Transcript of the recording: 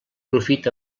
profit